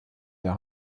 der